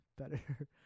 better